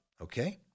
Okay